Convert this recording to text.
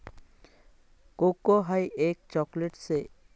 cocoa हाई एक chocolate शे